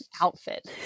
outfit